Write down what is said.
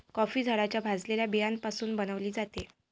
coffee झाडाच्या भाजलेल्या बियाण्यापासून बनविली जाते